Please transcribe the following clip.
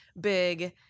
big